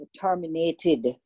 terminated